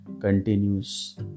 continues